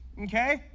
Okay